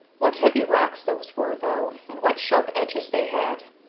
what heavy rocks those were, though, and what sharp edges they had!